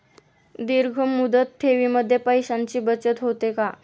दीर्घ मुदत ठेवीमध्ये पैशांची बचत होते का?